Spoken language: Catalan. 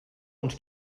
uns